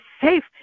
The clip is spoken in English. safe